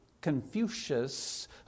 Confucius